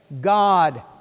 God